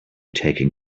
taken